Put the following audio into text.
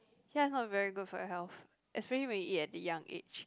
ya not very good for your health especially when you eat at the young age